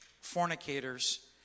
Fornicators